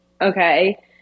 Okay